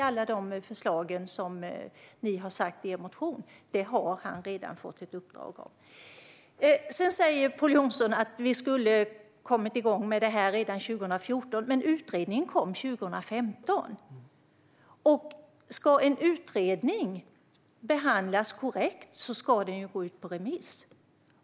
Alla de förslag som ni har i er motion har han redan fått ett uppdrag om. Pål Jonson säger att vi skulle ha kommit igång med detta redan 2014, men utredningen kom 2015. Ska en utredning behandlas korrekt ska den gå ut på remiss.